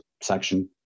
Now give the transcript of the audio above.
section